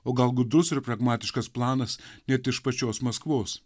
o gal gūdus ir pragmatiškas planas net iš pačios maskvos